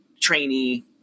trainee